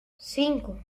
cinco